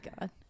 God